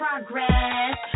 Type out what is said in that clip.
Progress